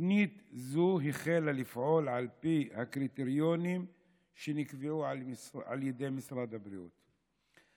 תוכנית זו החלה לפעול על פי הקריטריונים שנקבעו על ידי משרד הבריאות.